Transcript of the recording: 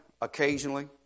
occasionally